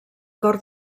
cor